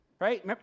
Right